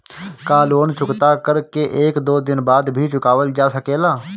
का लोन चुकता कर के एक दो दिन बाद भी चुकावल जा सकेला?